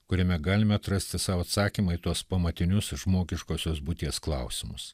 kuriame galime atrasti sau atsakymą į tuos pamatinius žmogiškosios būties klausimus